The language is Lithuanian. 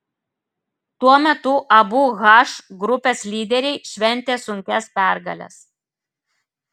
tuo metu abu h grupės lyderiai šventė sunkias pergales